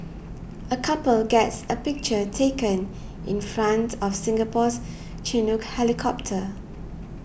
a couple gets a picture taken in front of Singapore's Chinook helicopter